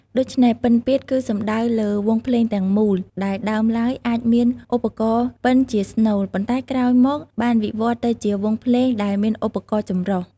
ដូច្នេះ "ពិណពាទ្យ" គឺសំដៅលើ វង់ភ្លេងទាំងមូល ដែលដើមឡើយអាចមានឧបករណ៍ពិណជាស្នូល ប៉ុន្តែក្រោយមកបានវិវត្តទៅជាវង់ភ្លេងដែលមានឧបករណ៍ចម្រុះ។